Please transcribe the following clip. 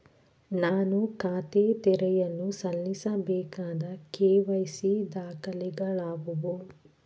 ನಾನು ಖಾತೆ ತೆರೆಯಲು ಸಲ್ಲಿಸಬೇಕಾದ ಕೆ.ವೈ.ಸಿ ದಾಖಲೆಗಳಾವವು?